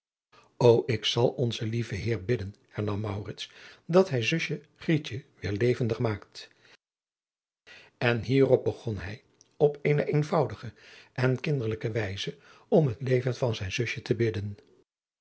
o ik zal onzen lieven heer bidden hernam maurits dat hij zusje grietje weder levendig maakt adriaan loosjes pzn het leven van maurits lijnslager en hierop begon hij op eene eenvoudige en kinderlijke wijze om het leven van zijn zusje te bidden